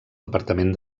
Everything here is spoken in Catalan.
departament